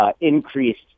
increased